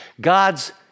God's